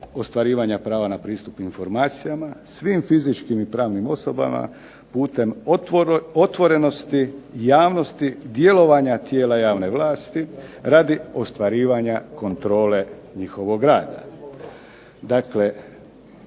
ostvarivanja prava na pristup informacijama, svim fizičkim i pravnim osobama putem otvorenosti javnosti djelovanja tijela javne vlasti radi ostvarivanja kontrole njihovog rada.